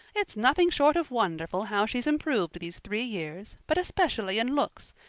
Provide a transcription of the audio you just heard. it's nothing short of wonderful how she's improved these three years, but especially in looks.